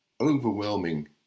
overwhelming